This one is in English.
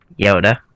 Yoda